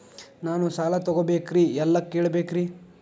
ನಾನು ಸಾಲ ತೊಗೋಬೇಕ್ರಿ ಎಲ್ಲ ಕೇಳಬೇಕ್ರಿ?